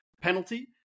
penalty